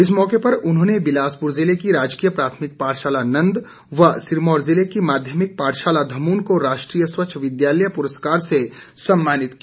इस मौके पर उन्होंने बिलासपुर जिले की राजकीय प्राथमिक पाठशाला नंद व सिरमौर जिले की माध्यमिक पाठशाला धमून को राष्ट्रीय स्वच्छ विद्यालय पुरस्कार से सम्मानित किया